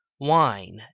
WINE